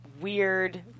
weird